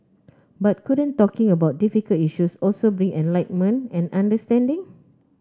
but couldn't talking about difficult issues also bring enlightenment and understanding